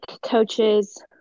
coaches